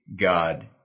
God